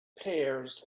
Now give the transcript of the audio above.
pears